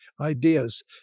ideas